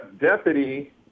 deputy